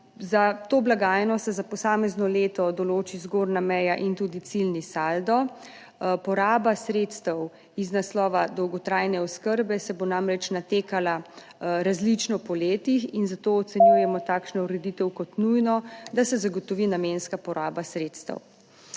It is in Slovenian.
Za to blagajno se za posamezno leto določi zgornja meja in tudi ciljni saldo, Poraba sredstev iz naslova dolgotrajne oskrbe se bo namreč natekala različno po letih in zato ocenjujemo takšno ureditev kot nujno, da se zagotovi namenska poraba sredstev.